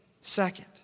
second